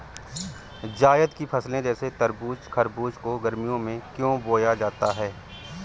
जायद की फसले जैसे तरबूज़ खरबूज को गर्मियों में क्यो बोया जाता है?